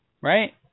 Right